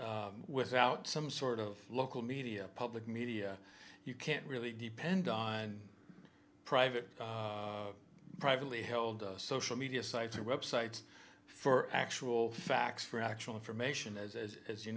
without some sort of local media public media you can't really depend on private privately held social media sites or websites for actual facts for actual information as as as you